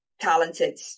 talented